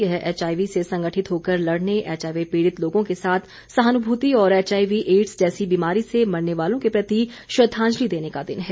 यह एचआईवी से संगठित होकर लड़ने एचआईवी पीड़ित लोगों के साथ सहानुभूति और एचआईवी एड्स जैसी बिमारी से मरने वालों के प्रति श्रद्वांजलि देने का दिन है